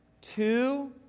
Two